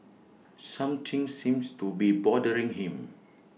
something seems to be bothering him